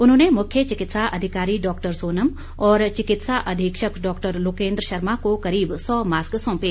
उन्होंने मुख्य चिकित्सा अधिकारी डॉक्टर सोनम और चिकित्सा अधीक्षक डॉक्टर लोकेंद्र शर्मा को करीब सौ मास्क सौंपे